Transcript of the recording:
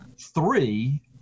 three